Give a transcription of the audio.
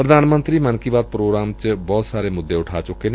ਪ੍ਰਧਾਨ ਮੰਤਰੀ ਮਨ ਕੀ ਬਾਤ ਪ੍ਰੋਗਰਾਮਾਂ ਚ ਬਹੁਤ ਸਾਰੇ ਮੁੱਦੇ ਉਠਾ ਚੁੱਕੇ ਨੇ